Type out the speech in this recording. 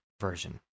version